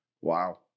Wow